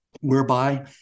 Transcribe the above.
whereby